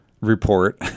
report